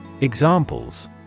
Examples